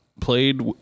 played